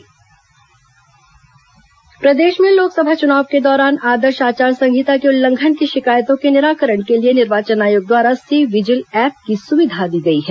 C vigil app प्रदेश में लोकसभा चुनाव के दौरान आदर्श आचार संहिता के उल्लंघन की शिकायतों के निराकरण के लिए निर्वाचन आयोग द्वारा सी विजिल ऐप की सुविधा दी गई है